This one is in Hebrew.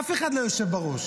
אף אחד לא יושב בראש.